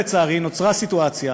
לצערי, נוצרה סיטואציה